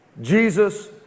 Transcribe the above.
Jesus